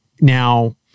Now